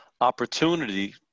opportunity